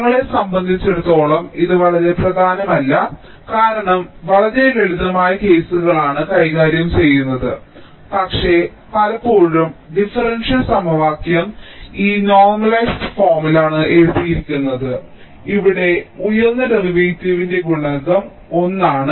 ഞങ്ങളെ സംബന്ധിച്ചിടത്തോളം ഇത് വളരെ പ്രധാനമല്ല കാരണം ഞങ്ങൾ വളരെ ലളിതമായ കേസുകളാണ് കൈകാര്യം ചെയ്യുന്നത് പക്ഷേ പലപ്പോഴും ഡിഫറൻഷ്യൽ സമവാക്യം ഈ നോർമലൈസ്ഡ് ഫോമിലാണ് എഴുതിയിരിക്കുന്നത് ഇവിടെ ഉയർന്ന ഡെറിവേറ്റീവിന്റെ ഗുണകം 1 ആണ്